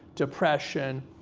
depression,